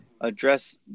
address